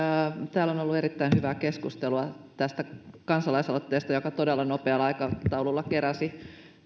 täällä on ollut erittäin hyvää keskustelua tästä kansalaisaloitteesta joka tosiaan todella nopealla aikataululla keräsi